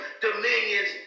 dominions